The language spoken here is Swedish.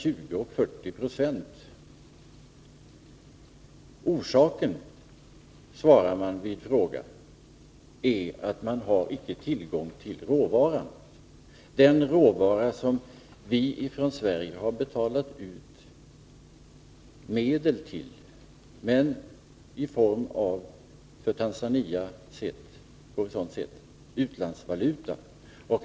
Ifall man blir tillfrågad om orsaken svarar man att man inte har tillgång till råvara — den råvara som vi ifrån Sverige har anslagit medel till, men från Tanzanias synpunkt sett i form av utlandsvaluta.